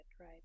right